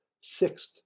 Sixth